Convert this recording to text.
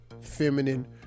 feminine